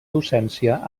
docència